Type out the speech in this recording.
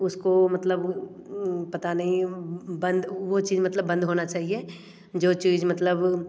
उसको मतलब पता नहीं बंद वो चीज़ मतलब बंद होना चाहिए जो चीज़ मतलब